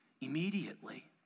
immediately